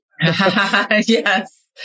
Yes